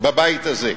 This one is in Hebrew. בבית הזה.